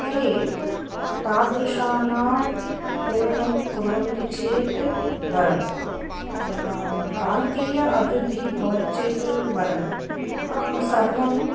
ते तादृशानां पूरणं कुर्वन्ति चेत् वरम् प्रान्तीया अभिवृद्धिः भवति चेत् वरम् सर्वम्